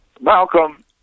Malcolm